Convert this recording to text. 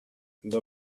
the